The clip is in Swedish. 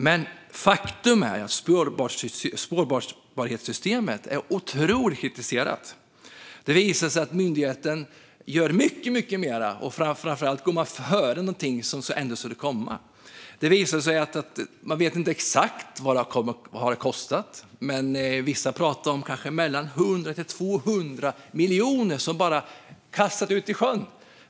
Men faktum är att spårbarhetssystemet är otroligt kritiserat. Det visar sig att myndigheten gör mycket mer. Framför allt går man före någonting som ändå skulle komma. Det visade sig att man inte vet exakt vad det har kostat. Men vissa pratar om att kanske mellan 100 och 200 miljoner bara kastades ut i sjön.